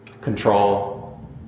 control